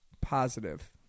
positive